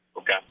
Okay